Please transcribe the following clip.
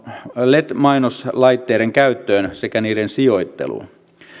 led mainoslaitteiden käyttöön sekä niiden sijoitteluun